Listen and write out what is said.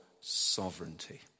sovereignty